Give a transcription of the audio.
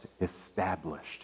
established